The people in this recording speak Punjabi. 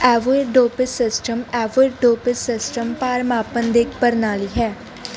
ਐਵੋਇਰਡੁਪੋਇਸ ਸਿਸਟਮ ਐਵੋਇਰਡੁਪੋਇਸ ਸਿਸਟਮ ਭਾਰ ਮਾਪਣ ਦੀ ਇੱਕ ਪ੍ਰਣਾਲੀ ਹੈ